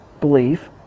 belief